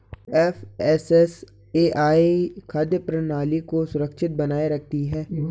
FSSAI खाद्य प्रणाली को सुरक्षित बनाए रखती है